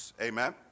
amen